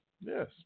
yes